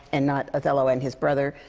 and not othello and his brother,